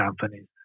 companies